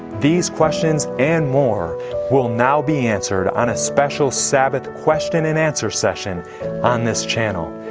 these questions and more will now be answered on a special sabbath question and answer session on this channel.